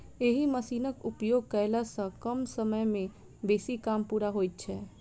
एहि मशीनक उपयोग कयला सॅ कम समय मे बेसी काम पूरा होइत छै